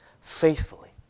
faithfully